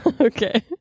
Okay